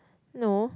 no